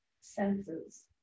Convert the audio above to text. senses